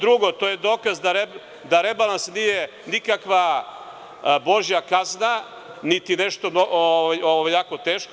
Drugo, to je dokaz da rebalans nije nikakva Božja kazna, niti nešto jako teško.